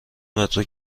مترو